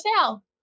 sale